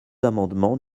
amendement